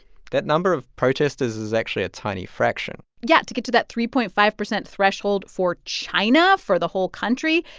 that number of protesters is actually a tiny fraction yeah. to get to that three point five zero threshold for china for the whole country,